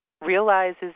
realizes